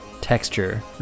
texture